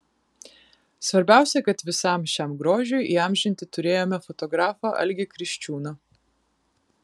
svarbiausia kad visam šiam grožiui įamžinti turėjome fotografą algį kriščiūną